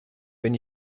bin